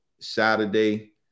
Saturday